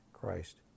Christ